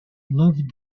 loved